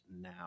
now